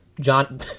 John